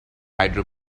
hydro